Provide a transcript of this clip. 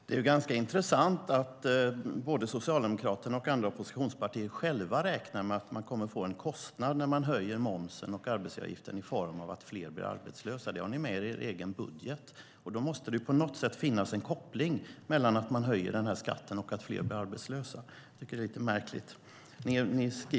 Fru talman! Det är intressant att Socialdemokraterna och andra oppositionspartier räknar med att man kommer att få en kostnad när man höjer momsen och arbetsgivaravgiften i form av att fler blir arbetslösa. Det har ni med i er egen budget, Gunilla Svantorp. Då måste det på något sätt finnas en koppling mellan att man höjer skatten och att fler blir arbetslösa.